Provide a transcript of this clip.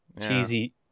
cheesy